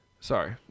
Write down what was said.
Sorry